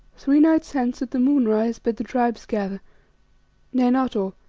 three nights hence at the moonrise bid the tribes gather nay, not all,